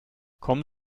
kommen